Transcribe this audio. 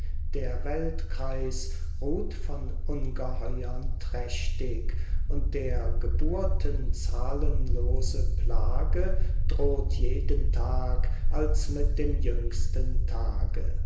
der weltkreis ruht von ungeheuern trächtig und der geburten zahlenlose plage droht jeden tag als mit dem jüngsten tage